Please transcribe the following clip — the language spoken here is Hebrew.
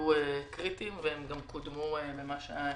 קריטיים והם גם קודמו.